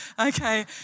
okay